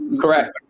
Correct